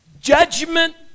judgment